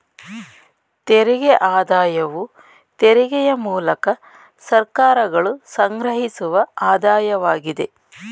ತೆರಿಗೆ ಆದಾಯವು ತೆರಿಗೆಯ ಮೂಲಕ ಸರ್ಕಾರಗಳು ಸಂಗ್ರಹಿಸುವ ಆದಾಯವಾಗಿದೆ